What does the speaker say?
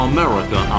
America